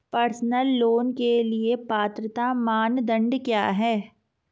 Personal loan के लिए पात्रता मानदंड क्या हैं?